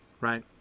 Right